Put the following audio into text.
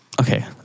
Okay